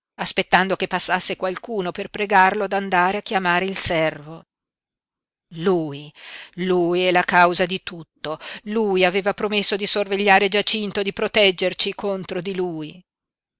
aspettando che passasse qualcuno per pregarlo d'andare a chiamare il servo lui lui è la causa di tutto lui aveva promesso di sorvegliare giacinto e di proteggerci contro di lui